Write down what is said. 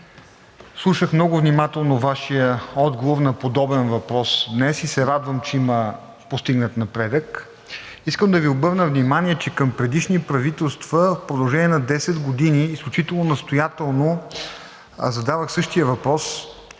Слушах много внимателно Вашия отговор на подобен въпрос днес и се радвам, че има постигнат напредък. Искам да Ви обърна внимание, че към предишни правителства в продължение на 10 години изключително настоятелно задавах същия въпрос и